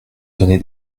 donner